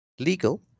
Legal